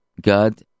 God